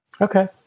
Okay